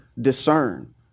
discern